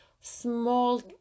small